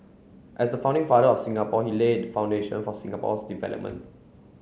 as the founding father of Singapore he laid the foundation for Singapore's development